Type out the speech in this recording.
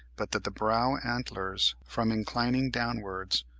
but that the brow antlers, from inclining downwards,